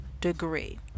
degree